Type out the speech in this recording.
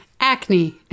Acne